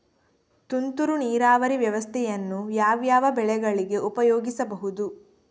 ತುಂತುರು ನೀರಾವರಿ ವ್ಯವಸ್ಥೆಯನ್ನು ಯಾವ್ಯಾವ ಬೆಳೆಗಳಿಗೆ ಉಪಯೋಗಿಸಬಹುದು?